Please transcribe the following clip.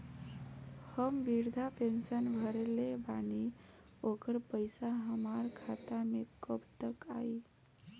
हम विर्धा पैंसैन भरले बानी ओकर पईसा हमार खाता मे कब तक आई?